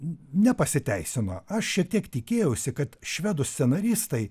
n nepasiteisino aš šiek tiek tikėjausi kad švedų scenaristai